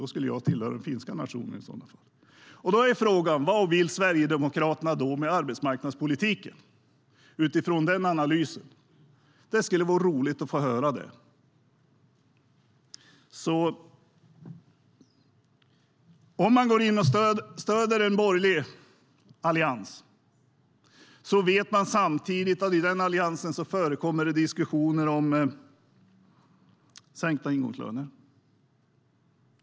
Då skulle jag i så fall tillhöra den finska nationen. Om man går in och stöder en borgerlig allians vet man samtidigt att det i denna allians förekommer diskussioner om sänkta ingångslöner.